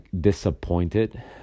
disappointed